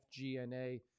FGNA